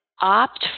opt